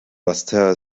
basseterre